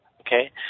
Okay